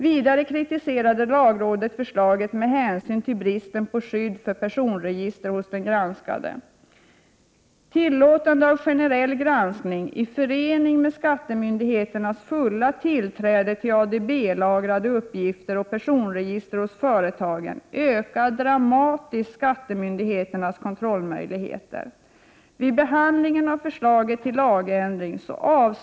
Vidare kritiserade lagrådet förslaget med hänsyn till bristen på skydd för personregister hos den granskade. Tillåtande av generell granskning i förening med skattemyndigheternas fulla tillträde till ADB-lagrade uppgifter och personregister hos företagen ökar dramatiskt skattemyndigheternas kontrollmöjligheter.